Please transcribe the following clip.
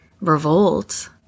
revolt